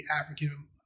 African